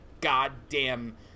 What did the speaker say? goddamn